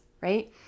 right